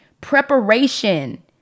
Preparation